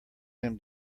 him